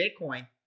Bitcoin